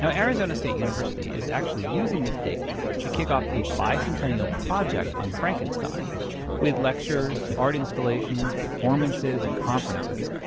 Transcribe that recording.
so arizona state university is actually using this date to kick off a bicentennial project on frankenstein with lectures, art installations, performances and conferences.